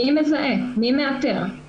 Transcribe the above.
מי מזהה, מי מאתר?